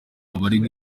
abaregwa